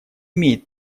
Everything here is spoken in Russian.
имеет